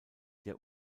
der